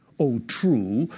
oh, true,